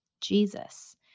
Jesus